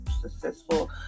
successful